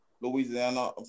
Louisiana